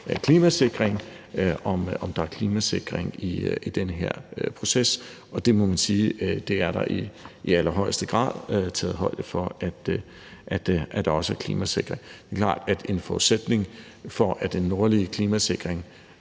om der er klimasikring i den her proces, og det må man sige der i allerhøjeste grad er taget højde for, altså at der også er klimasikring. Det er klart, at en forudsætning for, at den nordlige klimasikring